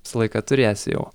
visą laiką turėsi jau